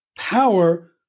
power